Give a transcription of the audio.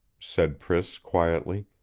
said priss quietly,